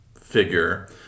figure